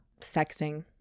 sexing